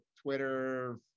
Twitter